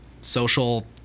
social